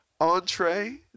Entree